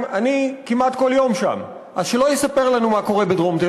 אני כבר מסיים.